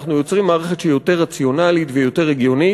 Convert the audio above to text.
אנחנו יוצרים מערכת שהיא יותר רציונלית והיא יותר הגיונית,